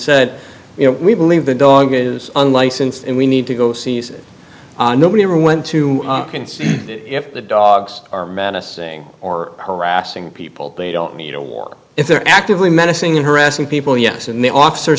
said you know we believe the dog is unlicensed in we need to go season nobody ever went to see if the dogs are maddest saying or harassing people they don't need a war if they're actively menacing and harassing people yes and the officer